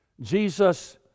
Jesus